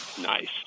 Nice